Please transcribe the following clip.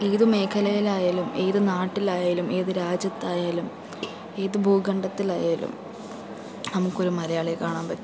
ഏതു മേഖലയിലായാലും ഏതു നാട്ടിലായാലും ഏതു രാജ്യത്തായാലും ഏതു ഭൂഖണ്ഡത്തിലായാലും നമുക്കൊരു മലയാളിയെ കാണാൻ പറ്റും എന്നാണ് പറയാറ്